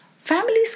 Families